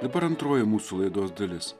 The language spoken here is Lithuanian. dabar antroji mūsų laidos dalis